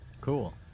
Cool